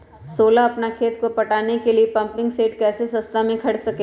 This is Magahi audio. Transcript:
सोलह अपना खेत को पटाने के लिए पम्पिंग सेट कैसे सस्ता मे खरीद सके?